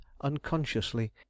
unconsciously